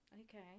okay